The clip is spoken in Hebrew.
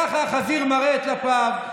ככה החזיר מראה את טלפיו,